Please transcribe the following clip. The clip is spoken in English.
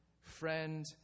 friend